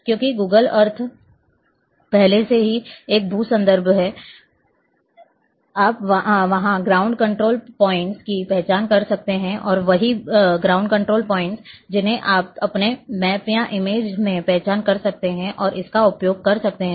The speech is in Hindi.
क्योंकि Google Earth पहले से ही एक भू संदर्भ है आप वहां ग्राउंड कंट्रोल पॉइंट्स की पहचान कर सकते हैं और वही ग्राउंड कंट्रोल पॉइंट्स जिन्हें आप अपने मैप या इमेज में पहचान सकते हैं और इसका उपयोग कर सकते हैं